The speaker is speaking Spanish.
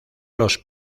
los